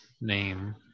name